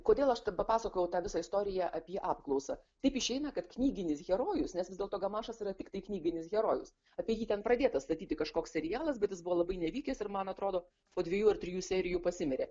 kodėl aš papasakojau tą visą istoriją apie apklausą taip išeina kad knyginis herojus nes vis dėlto gamašas yra tiktai knyginis herojus apie jį ten pradėtas statyti kažkoks serialas kuris buvo labai nevykęs ir man atrodo po dviejų ar trijų serijų pasimirė